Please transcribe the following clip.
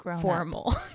formal